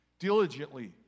Diligently